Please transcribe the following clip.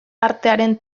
artearen